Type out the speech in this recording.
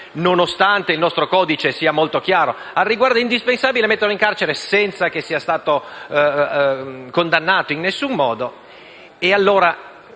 nonostante il nostro codice sia molto chiaro al riguardo, metterlo in carcere senza che sia stato condannato in alcun modo?